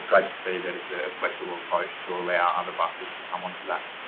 great to see that it's a flexible approach to allow other buses to come on to that.